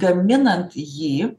gaminant jį